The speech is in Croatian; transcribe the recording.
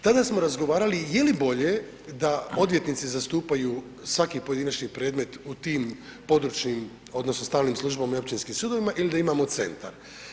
Tada smo razgovarali je li bolje da odvjetnici zastupaju svaki pojedinačni predmet u tim područnim odnosno stalnim službama i općinskim sudovima ili da imamo centar.